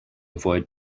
avoid